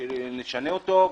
שנשנה אותו,